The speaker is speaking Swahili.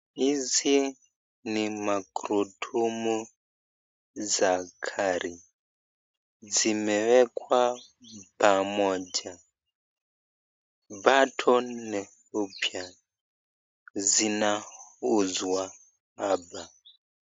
Hizi ni magurudumu za gari zimewekwa pamoja, pado ni upya zinauzwa hapa.